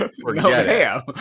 Forget